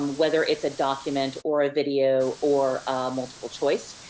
and whether it's a document, or a video or multiple choice.